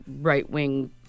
right-wing